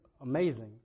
amazing